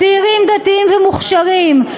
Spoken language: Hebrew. צעירים דתיים ומוכשרים,